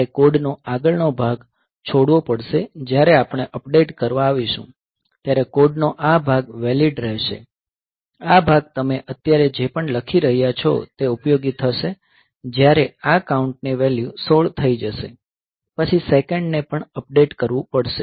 મારે કોડનો આગળનો ભાગ છોડવો પડશે જ્યારે આપણે અપડેટ કરવા આવીશું ત્યારે કોડનો આ ભાગ વેલીડ રહેશે આ ભાગ તમે અત્યારે જે પણ લખી રહ્યા છો તે ઉપયોગી થશે જ્યારે આ કાઉન્ટની વેલ્યુ 16 થઈ જશે પછી સેકંડ ને પણ અપડેટ કરવું પડશે